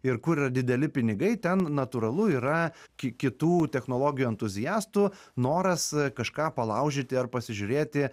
ir kur yra dideli pinigai ten natūralu yra ki kitų technologijų entuziastų noras kažką palaužyti ar pasižiūrėti